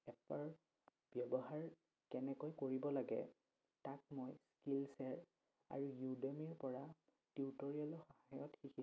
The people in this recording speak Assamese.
এপৰ ব্যৱহাৰ কেনেকৈ কৰিব লাগে তাক মই স্কিলছে আৰু ইউডেমিৰ পৰা টিউটৰিয়েলৰ সহায়ত শিকিছোঁ